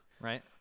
right